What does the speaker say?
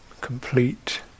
complete